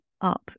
up